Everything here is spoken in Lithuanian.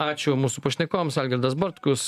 ačiū mūsų pašnekovams algirdas bartkus